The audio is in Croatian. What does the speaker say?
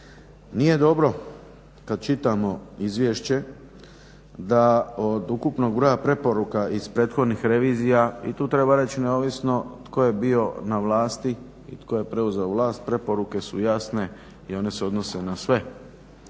Nije dobro kad čitamo izvješće da od ukupnog broja preporuka iz prethodnih revizija i tu treba reći neovisno tko je bio na vlasti i tko je preuzeo vlast preporuke su jasne i one se odnose na sve.